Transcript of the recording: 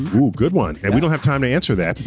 ah ooh, good one. and we don't have time to answer that.